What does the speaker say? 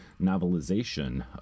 novelization